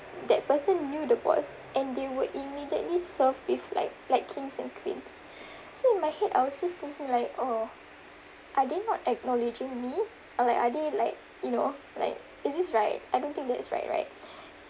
that person knew the boss and they would immediately serve with like like kings and queens so in my head I was just thinking like oh are they not acknowledging me ah like are they like you know like is this right I don't think that's right right